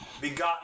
begotten